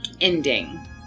ending